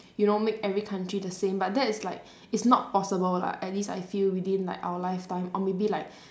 you know make every country the same but that is like it's not possible lah at least I feel within like our lifetime or maybe like